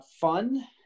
fun